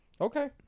Okay